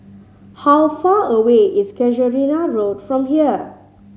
how far away is Casuarina Road from here